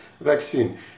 vaccine